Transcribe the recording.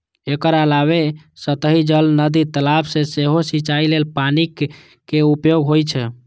एकर अलावे सतही जल, नदी, तालाब सं सेहो सिंचाइ लेल पानिक उपयोग होइ छै